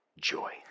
joy